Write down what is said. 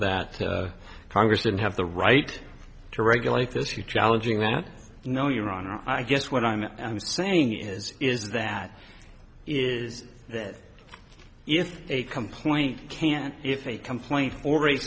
that congress didn't have the right to regulate this you challenging that no your honor i guess what i'm saying is is that is that if a complete can if a complaint or a